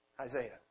Isaiah